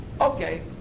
okay